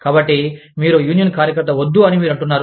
కాబట్టి మీరు యూనియన్ కార్యకర్త వద్దు అని మీరు అంటున్నారు